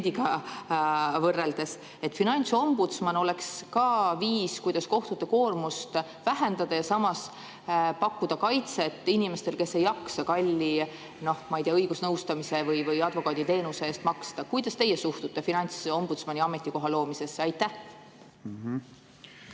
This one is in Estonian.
finantsombudsman oleks viis, kuidas kohtute koormust vähendada ja samas pakkuda kaitset inimestele, kes ei jaksa kalli, ma ei tea, õigusnõustamise või advokaaditeenuse eest maksta. Kuidas teie suhtute finantsombudsmani ametikoha loomisesse? Aitäh,